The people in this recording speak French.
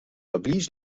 oblige